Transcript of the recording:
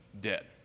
dead